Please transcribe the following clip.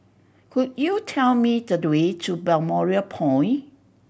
could you tell me the way to Balmoral Point